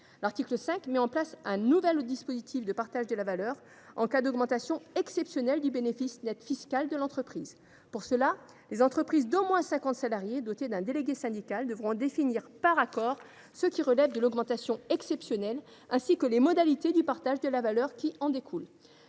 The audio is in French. L’article 5 met en place un nouveau dispositif de partage de la valeur en cas d’augmentation exceptionnelle du bénéfice net fiscal de l’entreprise. Pour ce faire, les entreprises d’au moins 50 salariés dotées d’un délégué syndical devront définir par accord ce qui relève de l’augmentation exceptionnelle, ainsi que les modalités du partage de la valeur qui en découlent.